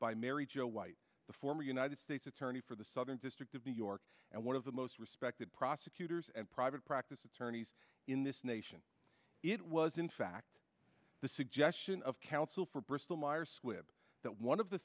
by mary jo white the former united states attorney for the southern district of new york and one of the most respected prosecutors and private practice attorneys in this nation it was in fact the suggestion of counsel for bristol myers squibb that one of the